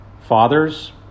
Fathers